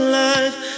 life